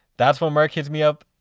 that's when merk hits me up,